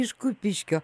iš kupiškio